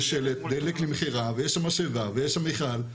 יש שלט דלק למכירה ויש שם משאבה ויש שם מיכל,